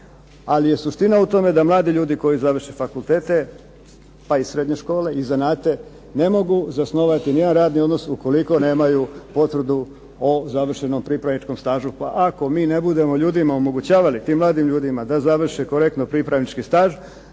ali je suština u tome da mladi ljudi koji završe fakultete, pa i srednje škole i zanate, ne mogu zasnovati ni jedan radni odnos ukoliko nemaju potvrdu o završenom pripravničkom stažu, pa ako ne budemo mi ljudima omogućavali, tim mladim ljudima da završe korektno pripravnički staž